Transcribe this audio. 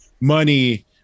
money